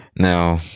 now